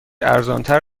ارزانتر